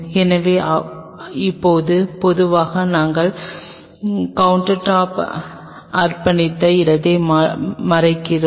எனவே இப்போது மெதுவாக நாங்கள் கவுண்டர்டாப்பிற்காக அர்ப்பணித்த இடத்தை மறைக்கிறோம்